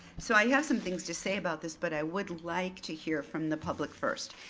so i have some things to say about this, but i would like to hear from the public first.